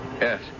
Yes